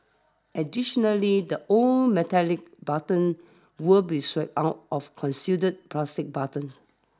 additionally the old metallic buttons will be swapped out of concealed plastic buttons